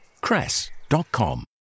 cress.com